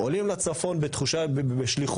עולים לצפון בשליחות.